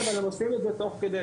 כן, אבל הם עושים את זה תוך כדי.